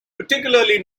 particularly